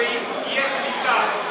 שתהיה קליטה.